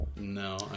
No